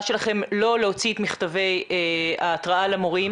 שלכם לא להוציא את מכתבי ההתראה למורים,